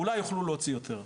אולי יוכלו להוציא יותר.